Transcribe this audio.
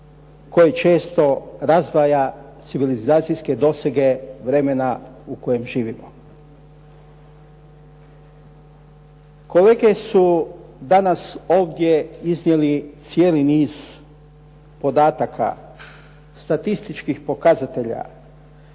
koja često razdvaja civilizacijske dosege vremena u kojem živimo. Kolege su danas ovdje iznijeli cijeli niz podataka, statističkih pokazatelja,